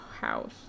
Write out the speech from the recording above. house